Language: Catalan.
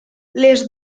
les